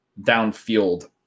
downfield